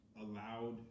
allowed